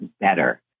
better